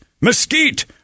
mesquite